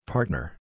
Partner